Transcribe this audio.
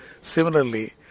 Similarly